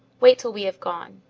wait till we have gone.